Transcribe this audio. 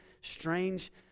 strange